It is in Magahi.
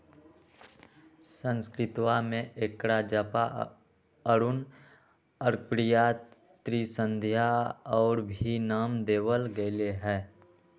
संस्कृतवा में एकरा जपा, अरुण, अर्कप्रिया, त्रिसंध्या और भी नाम देवल गैले है